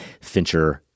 Fincher